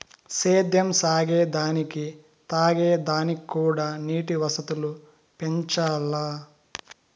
సేద్యం సాగే దానికి తాగే దానిక్కూడా నీటి వసతులు పెంచాల్ల